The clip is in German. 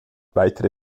weitere